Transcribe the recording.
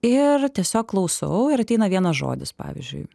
ir tiesiog klausau ir ateina vienas žodis pavyzdžiui